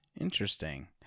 Interesting